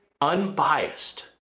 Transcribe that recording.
unbiased